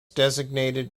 designated